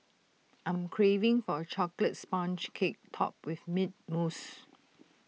I am craving for A Chocolate Sponge Cake Topped with Mint Mousse